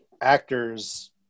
actors